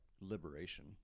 liberation